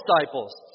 disciples